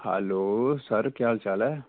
hello sir केह् हाल चाल ऐ